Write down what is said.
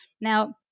Now